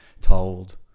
told